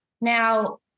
Now